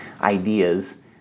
ideas